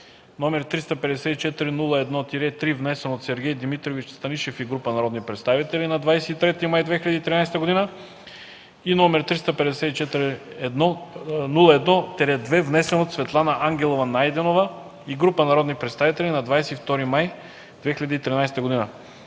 г., № 354-01-3, внесен от Сергей Дмитриевич Станишев и група народни представители на 23 май 2013 г., и № 354-01-2, внесен от Светлана Ангелова Найденова и група народни представители на 22 май 2013 г.